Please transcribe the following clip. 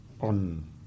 on